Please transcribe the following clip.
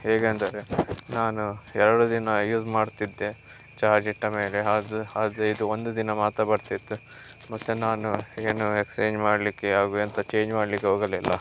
ಹೇಗೆ ಅಂದರೆ ನಾನು ಎರಡು ದಿನ ಯೂಸ್ ಮಾಡ್ತಿದ್ದೆ ಚಾರ್ಜ್ ಇಟ್ಟ ಮೇಲೆ ಅದು ಅದು ಇದು ಒಂದು ದಿನ ಮಾತ್ರ ಬರ್ತಿತ್ತು ಮತ್ತೆ ನಾನು ಏನು ಎಕ್ಸ್ಚೇಂಜ್ ಮಾಡಲಿಕ್ಕೆ ಹಾಗು ಎಂಥ ಚೇಂಜ್ ಮಾಡಲಿಕ್ಕೆ ಹೋಗಲಿಲ್ಲ